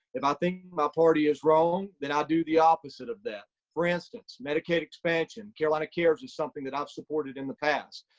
if i think my party is wrong, then i ah do the opposite of that. for instance, medicaid expansion, carolina cares is something that i've supported in the past.